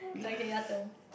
okay your turn